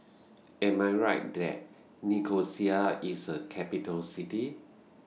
Am I Right that Nicosia IS A Capital City